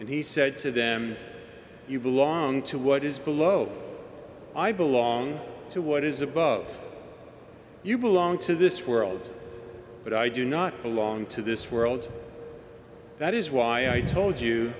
and he said to them you belong to what is below i belong to what is above you belong to this world but i do not belong to this world that is why i told you